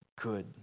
good